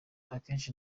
akenshi